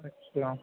اچھا